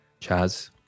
Chaz